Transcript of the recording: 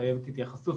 שחייבת התייחסות.